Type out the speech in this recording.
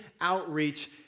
outreach